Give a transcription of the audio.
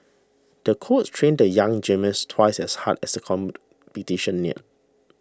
the coach trained the young gymnast twice as hard as competition neared